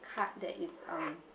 card that is um